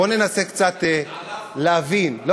בוא ננסה קצת להבין, התעלפנו.